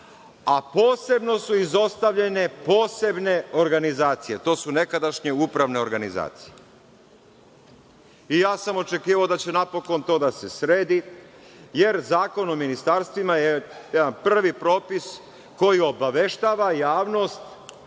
a posebno su izostavljene posebne organizacije. To su nekadašnje upravne organizacije. Ja sam očekivao da će napokon to da se sredi, jer Zakon o ministarstvima je jedan prvi propis koji obaveštava javnost